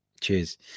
Cheers